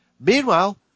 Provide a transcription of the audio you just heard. Meanwhile